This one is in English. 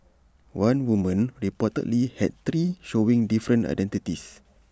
one woman reportedly had three showing different identities